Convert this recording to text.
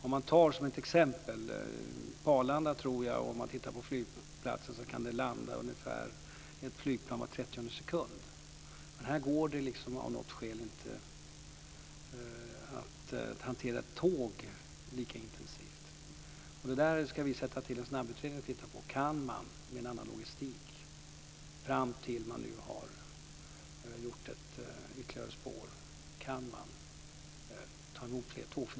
Om jag tar Arlanda flygplats som exempel, kan det landa ungefär ett flygplan var 30:e sekund. Men det går inte, av olika skäl, att hantera ett tåg lika intensivt. Vi ska tillsätta en snabbutredning för att titta på det: Kan man med en annan logistik, fram till dess att man har gjort ett ytterligare spår, ta emot fler tåg?